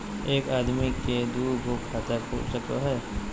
एक आदमी के दू गो खाता खुल सको है?